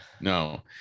no